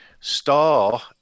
Star